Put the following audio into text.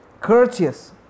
Courteous